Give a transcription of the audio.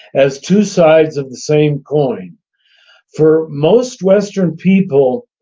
as two side of the same coin for most western people